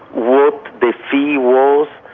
what the fee was?